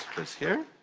is here.